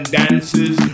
dances